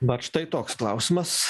vat štai toks klausimas